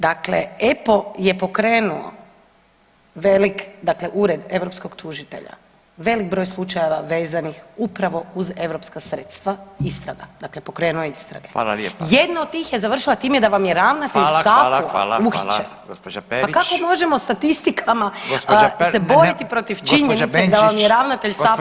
Dakle, EPO je pokrenuo velik, dakle ured europskog tužitelja, velik broj slučajeva vezanih upravo uz europska sredstva, istraga, dakle pokrenuo je istrage [[Upadica: Hvala lijepa]] Jedna od tih je završila time da vam je ravnatelj SAFU-a uhićen [[Upadica: Hvala, hvala, hvala, hvala, gđa. Perić]] pa kako možemo statistikama se boriti protiv činjenica da vam je ravnatelj SAFU-a